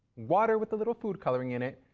water with a little food coloring in it,